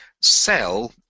sell